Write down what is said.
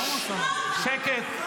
שקט.